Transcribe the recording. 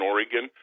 Oregon